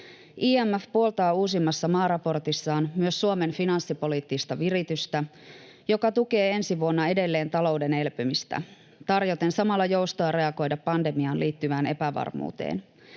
IMF puoltaa uusimmassa maaraportissaan myös Suomen finanssipolitiikan viritystä, joka tukee ensi vuonna edelleen talouden elpymistä tarjoten samalla joustoa reagoida pandemiaan liittyvään epävarmuuteen.